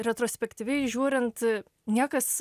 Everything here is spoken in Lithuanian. retrospektyviai žiūrint niekas